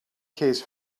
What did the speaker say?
case